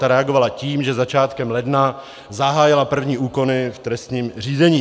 A reagovala tím, že začátkem ledna zahájila první úkony v trestním řízení.